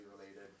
related